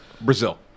Brazil